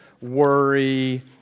worry